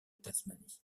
tasmanie